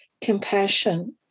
compassion